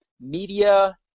media